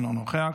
אינו נוכח,